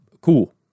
Cool